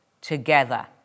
together